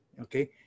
Okay